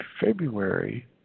February